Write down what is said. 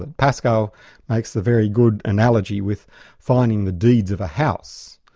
ah pascal makes the very good analogy with finding the deeds of a house,